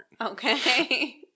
Okay